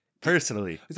personally